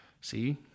See